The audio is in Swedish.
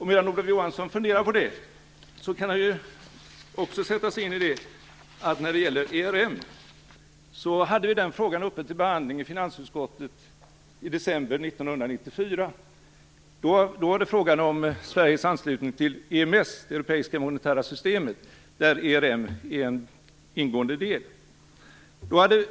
Medan Olof Johansson funderar på det, kan han också sätta sig in i det förhållandet att vi hade frågan om ERM uppe till behandling i finansutskottet i december 1994. Då var det fråga om Sveriges anslutning till EMS, det europeiska monetära systemet, där ERM ingår.